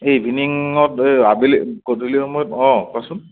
এই ইভিনিঙত এই আবেলি গধূলি সময়ত অঁ কোৱাচোন